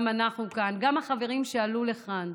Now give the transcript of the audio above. גם אנחנו כאן וגם החברים שעלו לכאן,